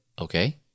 Okay